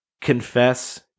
Confess